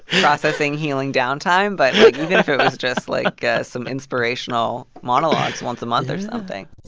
processing, healing downtime but like, even if it was just, like, some inspirational monologues once a month or something